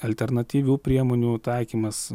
alternatyvių priemonių taikymas